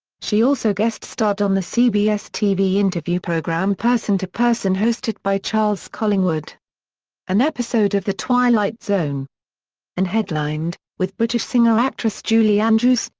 she also guest starred on the cbs-tv interview program person to person hosted by charles collingwood an episode of the twilight zone and headlined, with british singer-actress julie andrews,